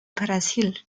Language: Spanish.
brasil